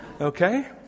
Okay